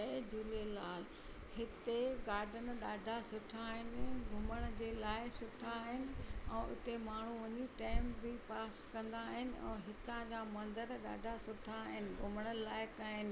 जय झूलेलाल हिते गाडन डाढा सुठा आहिनि घुमण जे लाइ सुठा आहिनि ऐं इते माण्हू वञी टाइम बि पास कंदा आहिनि ऐं हितां जा मंदर ॾाढा सुठा आहिनि घुमणु लाइक़ आहिनि